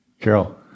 Carol